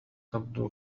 تبدو